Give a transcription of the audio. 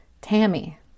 Tammy